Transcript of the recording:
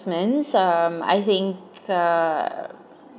um I think err